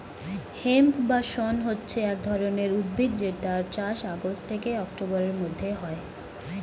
hemp বা শণ হচ্ছে এক ধরণের উদ্ভিদ যেটার চাষ আগস্ট থেকে অক্টোবরের মধ্যে হয়